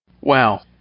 Wow